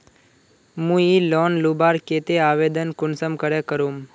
मुई लोन लुबार केते आवेदन कुंसम करे करूम?